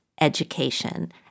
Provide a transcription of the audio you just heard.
education